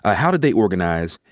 ah how did they organize?